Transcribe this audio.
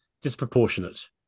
disproportionate